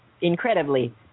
incredibly